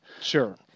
Sure